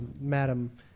madam